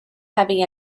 heavy